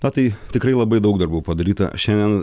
na tai tikrai labai daug darbų padaryta šiandien